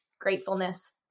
gratefulness